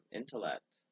intellect